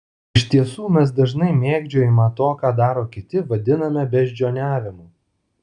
iš tiesų mes dažnai mėgdžiojimą to ką daro kiti vadiname beždžioniavimu